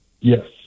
Yes